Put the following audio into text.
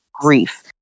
grief